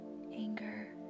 anger